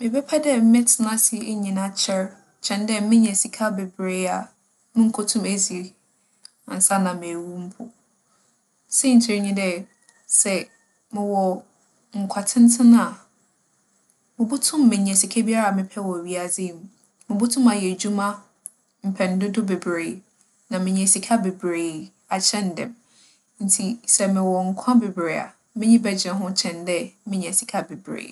Mebɛpɛ dɛ mɛtsena ase enyin akyɛr kyɛn dɛ menya sika beberee a munnkotum edzi ansaana mewu mpo. Siantsir nye dɛ, sɛ mowͻ nkwa tsentsen a, mubotum menya sika biara a mepɛ wͻ wiadze yi mu. Mubotum ayɛ edwuma mpɛn dodow beberee na menya sika beberee akyɛn dɛm. Ntsi sɛ mowͻ nkwa beberee a, m'enyi bɛgye ho kyɛn dɛ menya sika beberee.